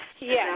Yes